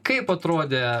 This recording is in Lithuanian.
kaip atrodė